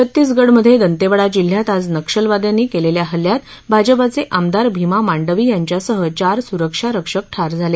छत्तीसगढमधे दंतेवाडा जिल्ह्यात आज नक्षलवाद्यांनी केलेल्या हल्ल्यात भाजपाचे आमदार भीमा मांडवी यांच्यासह चार सुरक्षारक्षक ठार झाले